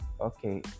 Okay